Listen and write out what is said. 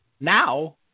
now